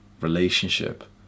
relationship